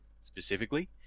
specifically